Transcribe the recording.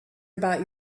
about